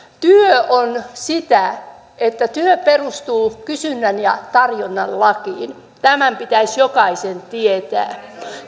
työ on sitä että työ perustuu kysynnän ja tarjonnan lakiin tämä pitäisi jokaisen tietää